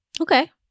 Okay